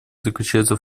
заключается